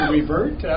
revert